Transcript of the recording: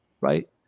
right